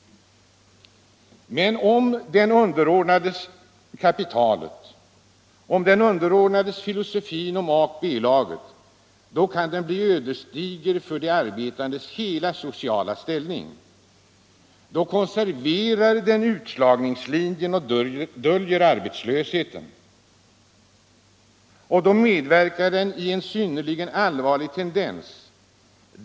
Men om den underordnas kapitalet, om den underordnas filosofin och om A och B-laget, då kan den bli ödesdiger för de arbetandes hela sociala ställning. Då konserverar den utslagningslinjen och döljer arbetslösheten. Och då medverkar den i en synnerligen allvarlig tendens.